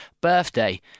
birthday